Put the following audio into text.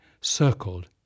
circled